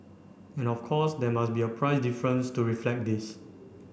and of course there must be a price difference to reflect this